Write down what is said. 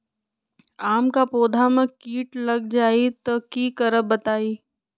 आम क पौधा म कीट लग जई त की करब बताई?